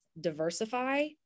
diversify